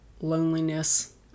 loneliness